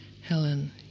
Helen